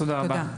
תודה.